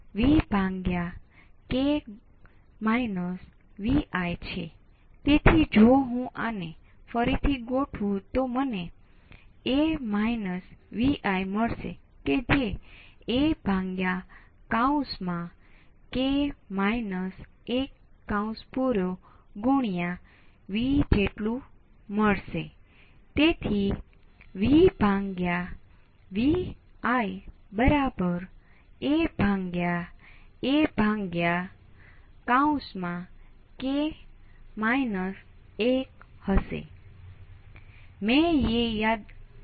હવે તે કિસ્સાઓમાં જ્યાં આપણે આ ધારણા કરી શકતા નથી ત્યાં જો તમે આ ધારણા કરવા આગળ વધો તો તમે વિરોધાભાસમાં ફસાઈ જશો